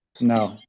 No